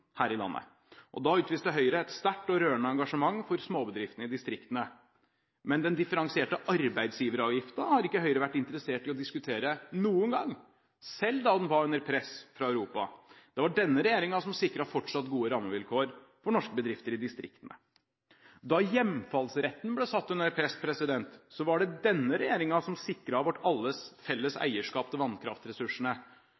her i landet. Da utviste Høyre et sterkt og rørende engasjement for småbedriftene i distriktene, men den differensierte arbeidsgiveravgiften har ikke Høyre vært interessert i å diskutere noen gang, selv ikke da den var under press fra Europa. Det var denne regjeringen som sikret fortsatt gode rammevilkår for norske bedrifter i distriktene. Da hjemfallsretten ble satt under press, var det denne regjeringen som sikret vårt alles felles